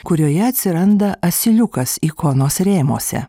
kurioje atsiranda asiliukas ikonos rėmuose